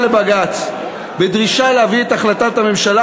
לבג"ץ בדרישה להביא את החלטת הממשלה,